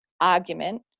argument